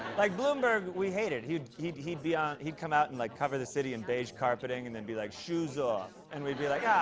like bloomberg, we hated. he'd he'd be on he'd come out and like cover the city in beige carpeting, and then, be like, shoes off. and we'd be like, yeah